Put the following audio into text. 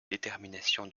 détermination